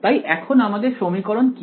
তাই এখন আমাদের সমীকরণ কি